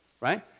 right